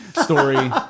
story